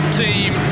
team